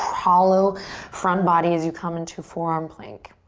hollow front body as you come in to forearm plank.